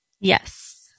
Yes